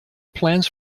plans